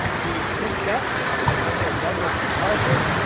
he was picked up by general douglas macarthur.